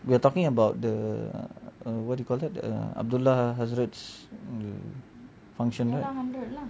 we are talking about the uh what do you call that the abdullah hajrat's function right